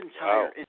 entire